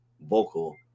vocal